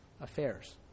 affairs